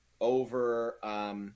over